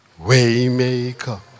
Waymaker